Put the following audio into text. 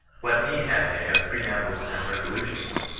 what need had they of preambles and resolutions?